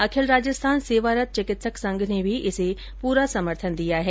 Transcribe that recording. अखिल राजस्थान सेवारत चिकित्सक संघ ने भी इसे पूरा समर्थन दिया है